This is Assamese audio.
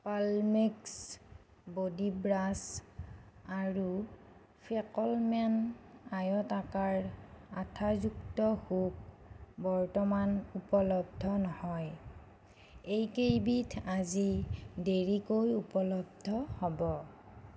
পাল্মেক্স বডি ব্ৰাছ আৰু ফেকলমেন আয়তাকাৰ আঠাযুক্ত হুক বৰ্তমান উপলব্ধ নহয় এইকেইবিধ আজি দেৰিকৈ উপলব্ধ হ'ব